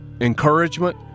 encouragement